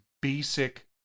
basic